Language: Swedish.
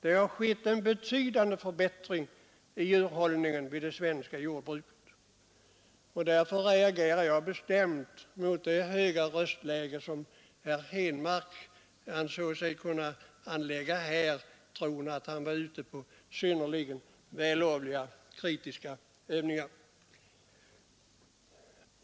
— Det har skett en betydande förbättring av djurhållningen inom det svenska jordbruket, och därför reagerar jag bestämt mot det höga röstläge som herr Henmark anlade här i tron att han ägnade sig åt synnerligen vällovliga kritiska övningar.